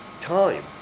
time